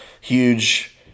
huge